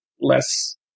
less